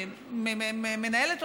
קורס קד"צים שמנהלת,